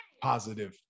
positive